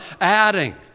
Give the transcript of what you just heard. adding